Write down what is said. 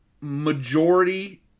Majority